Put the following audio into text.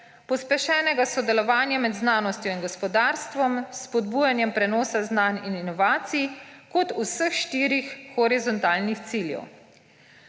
pospešenega sodelovanja med znanostjo in gospodarstvom s spodbujanjem prenosa znanj in inovacij kot vseh štirih horizontalnih ciljev.